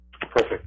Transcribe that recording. Perfect